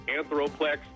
Anthroplex